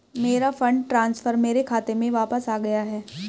मेरा fund transfer मेरे खाते में वापस आ गया है